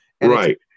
Right